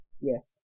Yes